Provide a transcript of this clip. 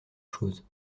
chose